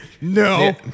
no